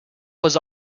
was